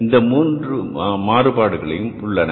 இதுபோன்று பல மாறுபாடுகள் உள்ளன